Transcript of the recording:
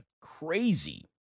crazy